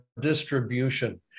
distribution